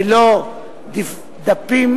ולא דפים